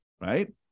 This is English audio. right